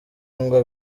ngo